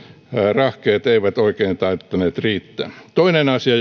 rahkeet eivät oikein tainneet riittää toinen asia